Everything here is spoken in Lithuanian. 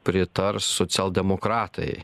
pritars socialdemokratai